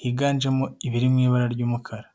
higanjemo ibiri mu ibara ry'umukara.